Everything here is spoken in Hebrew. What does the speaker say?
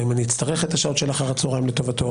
האם אני אצטרך את השעות של אחר הצהריים לטובתו,